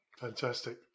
Fantastic